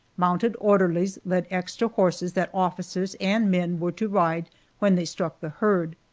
mounted orderlies led extra horses that officers and men were to ride when they struck the herd.